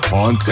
on